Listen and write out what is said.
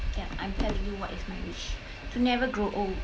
then I'm telling you [what] is my wish to never grow old